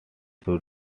should